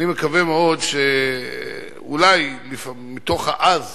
אני מקווה מאוד שאולי מתוך העז